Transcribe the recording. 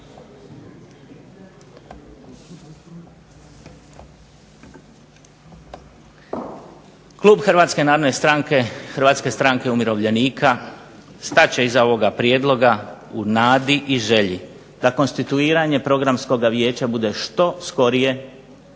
Hrvatske stranke umirovljenika stat će iza ovoga prijedloga u nadi i želji da konstituiranje Programskoga vijeća bude što skorije